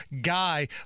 guy